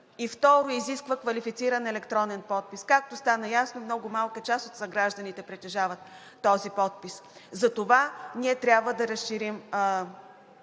и, второ, изисква квалифициран електронен подпис. Както стана ясно, много малка част от съгражданите притежават този подпис. Затова ние трябва да разширим тази